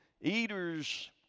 eater's